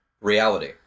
reality